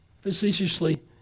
facetiously